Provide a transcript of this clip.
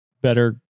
better